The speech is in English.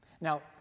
Now